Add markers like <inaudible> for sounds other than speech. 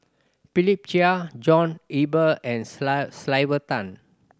Philip Chia John Eber and <unintelligible> Sylvia Tan